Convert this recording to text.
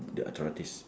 the authorities